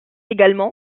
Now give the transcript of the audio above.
également